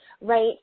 Right